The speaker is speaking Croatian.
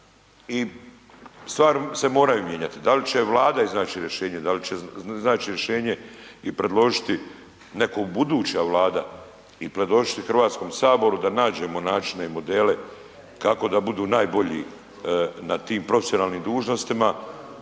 iznaći rješenje, da li će iznaći rješenje i predložiti neko buduća vlada i predložiti Hrvatskom saboru da nađemo načine i modele kako da budu najbolji na tim profesionalnim dužnostima